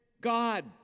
God